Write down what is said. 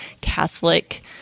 Catholic